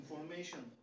information